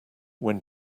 when